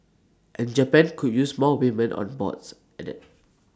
and Japan could use more women on boards added